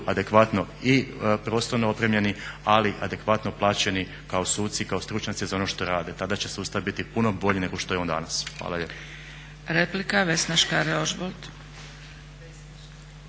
adekvatno i prostorno opremljeni, ali adekvatno plaćeni kao suci i kao stručnjaci za ono što rade. Tada će sustav biti puno bolji nego što je on danas. Hvala lijepo.